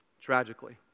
tragically